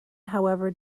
however